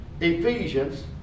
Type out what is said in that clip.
Ephesians